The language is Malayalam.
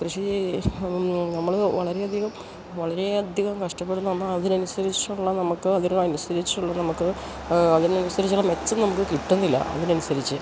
കൃഷി നമ്മള് വളരെയധികം വളരെയധികം കഷ്ടപ്പെടണം എന്നാൽ അതിന് അനുസരിച്ചുള്ള നമുക്ക് അതിന് അനുസരിച്ചുള്ള നമുക്ക് അതിന് അനുസരിച്ചുള്ള മെച്ചം നമുക്ക് കിട്ടുന്നില്ല അതിന് അനുസരിച്ച്